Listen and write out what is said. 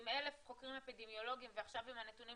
עם 1,000 חוקרים אפידמיולוגיים ועכשיו עם הנתונים